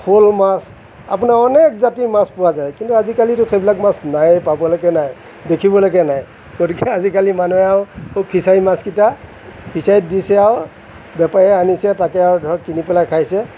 শ'ল মাছ আপোনাৰ অনেক জাতিৰ মাছ পোৱা যায় কিন্তু আজিকালিটো সেইবিলাক মাছ নায়ে পাবলৈকে নাই দেখিবলৈকে নাই গতিকে আজিকালিৰ মানুহে আৰু সৌ ফিছাৰীৰ মাছকেইটা ফিছাৰীত দিছে আৰু বেপাৰীয়ে আনিছে তাতে আৰু ধৰক কিনি পেলাই খাইছে